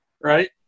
right